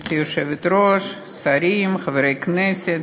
גברתי היושבת-ראש, שרים, חברי כנסת,